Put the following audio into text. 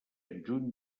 juny